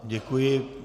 Děkuji.